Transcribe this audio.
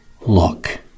Look